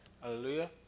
Hallelujah